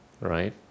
Right